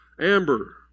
Amber